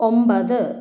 ഒമ്പത്